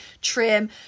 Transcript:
trim